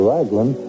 Raglan